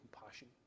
compassion